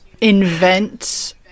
invent